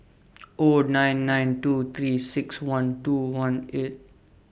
O nine nine two three six one two one eight